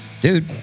Dude